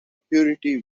purity